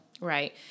right